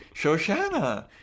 Shoshana